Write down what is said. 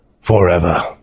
forever